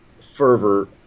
fervor